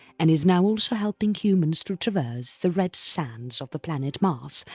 and is now also helping humans to traverse the red sands of the planet mars,